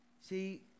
See